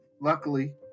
luckily